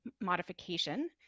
modification